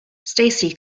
stacey